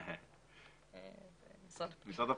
משרד הפנים.